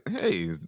hey